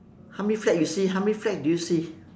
how many flag you see how many flag do you see